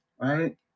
right